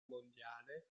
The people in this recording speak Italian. mondiale